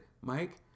Mike